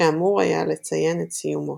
שאמור היה לציין את סיומו.